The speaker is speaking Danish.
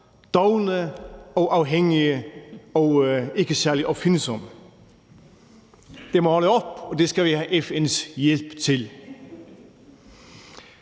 dovne og afhængige og ikke særlig opfindsomme. Det må holde op, og det skal vi have FN's hjælp til!